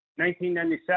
1997